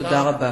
תודה רבה.